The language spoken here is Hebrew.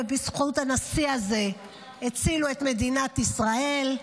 ובזכות הנשיא הזה הצילו את מדינת ישראל.